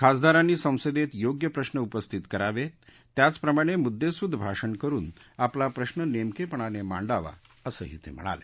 खासदारांनी ससंदेत योग्य प्रश्न उपस्थित करावेत त्याचप्रमाणे मुद्देसूद भाषण करुन आपला प्रश्न नेमकेपणानं मांडावा असंही ते म्हणाले